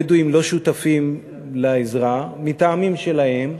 הבדואים לא שותפים לעזרה מטעמים שלהם,